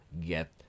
get